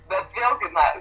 bet vėlgi na